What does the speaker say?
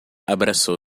abraçou